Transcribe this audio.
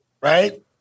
right